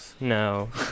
no